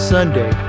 Sunday